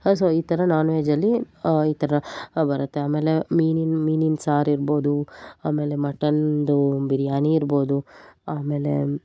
ಆ ಸೊ ಈ ಥರ ನಾನ್ ವೆಜ್ ಅಲ್ಲಿ ಈ ಥರ ಬರುತ್ತೆ ಆಮೇಲೆ ಮೀನಿನ ಮೀನಿನ ಸಾರು ಇರ್ಬೋದು ಆಮೇಲೆ ಮಟನ್ದು ಬಿರಿಯಾನಿ ಇರ್ಬೋದು ಆಮೇಲೆ